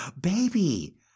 Baby